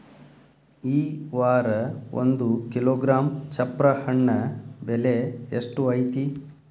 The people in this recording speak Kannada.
ಈ ವಾರ ಒಂದು ಕಿಲೋಗ್ರಾಂ ಚಪ್ರ ಹಣ್ಣ ಬೆಲೆ ಎಷ್ಟು ಐತಿ?